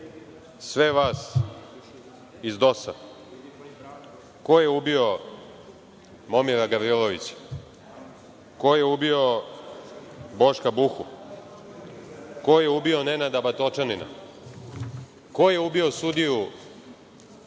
sve vas iz DOS-a, ko je ubio Momira Gavrilovića, ko je ubio Boška Buhu, ko je ubio Nenada Batočanina, ko je ubio sudiju